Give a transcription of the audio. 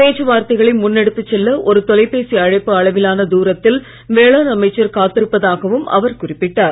பேச்சு வார்த்தைகளை முன்னெடுத்துச் செல்ல ஒரு தொலைபேசி அழைப்பு அளவிலான தூரத்தில் வேளாண் அமைச்சர் காத்திருப்பதாகவும் அவர் குறிப்பிட்டார்